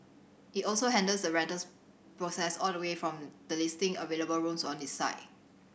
it also handles the rentals process all the way from the listing available rooms on its site